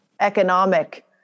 economic